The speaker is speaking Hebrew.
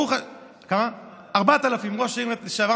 4,000. כמה?